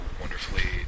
wonderfully